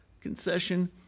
concession